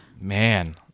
Man